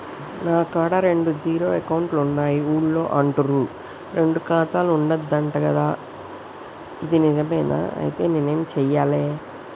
నా కాడా రెండు జీరో అకౌంట్లున్నాయి ఊళ్ళో అంటుర్రు రెండు ఖాతాలు ఉండద్దు అంట గదా ఇది నిజమేనా? ఐతే నేనేం చేయాలే?